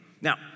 Now